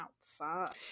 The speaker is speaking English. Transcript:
outside